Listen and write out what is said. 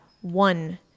one